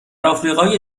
آفریقای